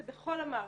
זה בכל המערכות,